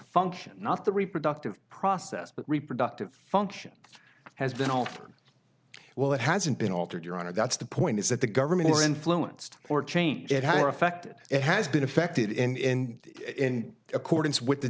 function not the reproductive process but reproductive function has been altered well it hasn't been altered your honor that's the point is that the government were influenced or changed it has affected it has been affected in in accordance with the